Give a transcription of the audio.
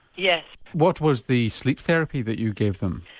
yes. what was the sleep therapy that you gave them?